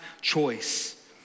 choice